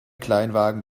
kleinwagen